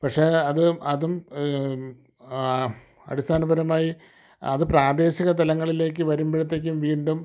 പക്ഷേ അത് അതും അടിസ്ഥാനപരമായി അത് പ്രാദേശിക തലങ്ങളിലേക്ക് വരുമ്പോഴത്തേക്കും വീണ്ടും